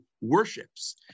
worships